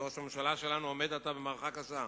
וראש הממשלה שלנו עומד עכשיו במערכה קשה,